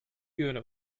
yönü